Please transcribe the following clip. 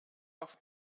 off